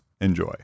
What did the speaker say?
Enjoy